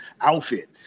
outfit